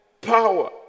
power